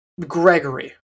Gregory